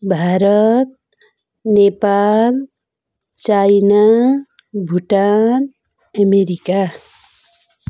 Bharat Nepal China Bhutan America